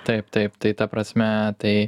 taip taip tai ta prasme tai